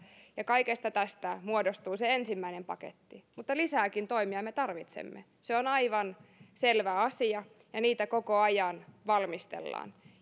ja kaikesta tästä muodostuu se ensimmäinen paketti mutta lisääkin toimia me tarvitsemme se on aivan selvä asia ja niitä koko ajan valmistellaan